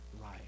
life